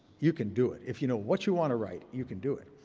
you can do it if you know what you want to write. you can do it.